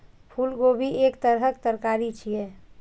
फूलगोभी एक तरहक तरकारी छियै